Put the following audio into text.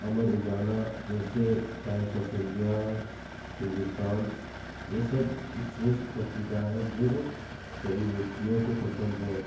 अमर उजाला जैसे Times of India Hindustan यह सब श्रेष्ठ पत्रिका हैं जो सभी व्यक्तियों को पसंद है